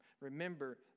Remember